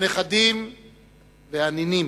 הנכדים והנינים,